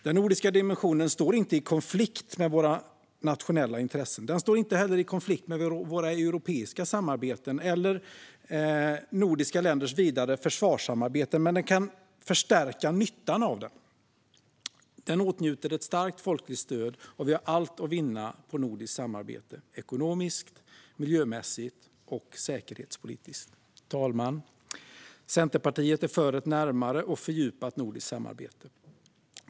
Den nordiska dimensionen står inte i konflikt med våra nationella intressen. Den står inte heller i konflikt med våra europeiska samarbeten eller med de nordiska ländernas vidare försvarssamarbeten. Men den kan förstärka nyttan av dem. Den åtnjuter ett starkt folkligt stöd, och vi har allt att vinna på nordiskt samarbete - ekonomiskt, miljömässigt och säkerhetspolitiskt. Fru talman! Centerpartiet är för ett närmare och fördjupat nordiskt samarbete.